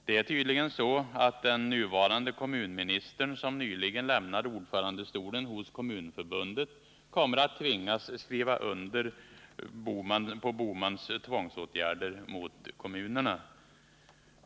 Det är tydligen så att den nuvarande kommunministern, som nyligen lämnade ordförandestolen i Kommunförbundet, kommer att tvingas skriva under Gösta Bohmans tvångsåtgärder mot kommunerna.